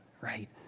right